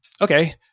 okay